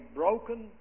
broken